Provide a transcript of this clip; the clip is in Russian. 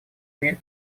имеют